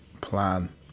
plan